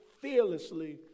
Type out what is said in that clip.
fearlessly